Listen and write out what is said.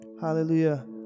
hallelujah